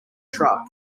truck